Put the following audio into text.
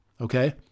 Okay